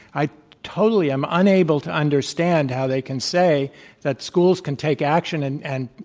i totally am unable to understand how they can say that schools can take action and and